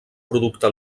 producte